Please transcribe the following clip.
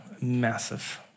massive